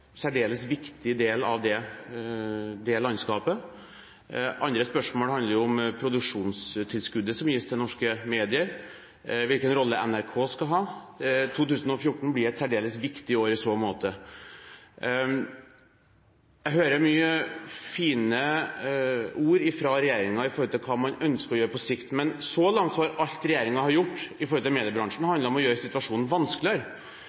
særdeles viktig del av det landskapet. Andre spørsmål handler om produksjonstilskuddet som gis til norske medier, og hvilken rolle NRK skal ha. 2014 blir et særdeles viktig år i så måte. Jeg hører mye fine ord fra regjeringen om hva man ønsker å gjøre på sikt. Men så langt handler alt regjeringen har gjort overfor mediebransjen, om å gjøre situasjonen vanskeligere.